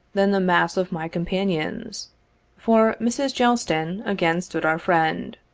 than the mass of my companions for mrs. g-elston again stood our friend.